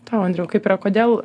tau andriau kaip yra kodėl